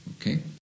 Okay